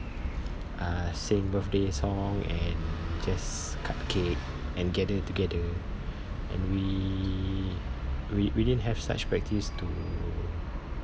uh sing birthday song and just cut cake and gather together and we we we didn't have such practice to